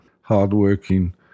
hardworking